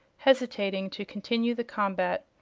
hesitating to continue the combat.